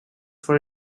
for